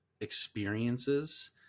experiences